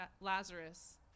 Lazarus